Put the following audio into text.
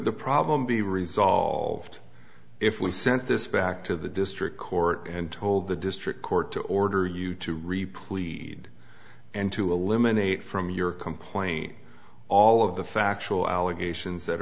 the problem be resolved if we sent this back to the district court and told the district court to order you to repleat and to eliminate from your complain all of the factual allegations that